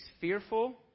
fearful